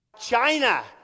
China